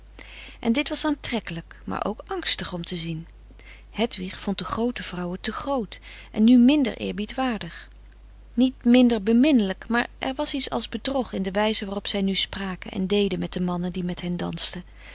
en dit was aantrekkelijk maar ook angstig om te zien hedwig vond de groote vrouwen te groot en nu minder eerbiedwaardig niet minder beminnelijk maar er was iets als bedrog in de wijze waarop zij nu spraken en deden met de mannen die met hen dansten